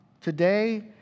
Today